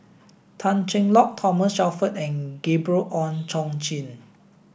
Tan Cheng Lock Thomas Shelford and Gabriel Oon Chong Jin